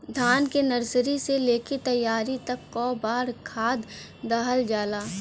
धान के नर्सरी से लेके तैयारी तक कौ बार खाद दहल जाला?